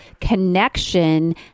connection